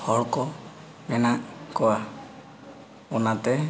ᱦᱚᱲᱠᱚ ᱢᱮᱱᱟᱜ ᱠᱚᱣᱟ ᱚᱱᱟᱛᱮ